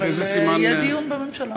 אז איזה סימן, אבל יהיה דיון בממשלה.